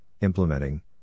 implementing